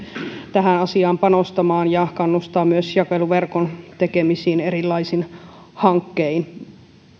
tähän asiaan panostamaan ja kannustaa myös jakeluverkon tekemisiin erilaisin hankkein